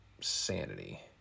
sanity